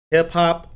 Hip-hop